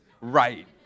right